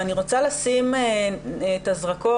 אני רוצה לשים את הזרקור,